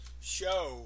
show